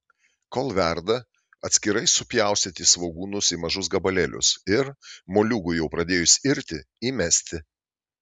kol verda atskirai supjaustyti svogūnus į mažus gabalėlius ir moliūgui jau pradėjus irti įmesti